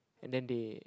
and then they